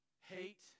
hate